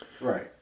Right